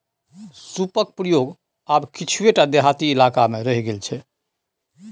सूपक प्रयोग आब किछुए टा देहाती इलाकामे रहि गेल छै